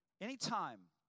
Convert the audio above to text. Anytime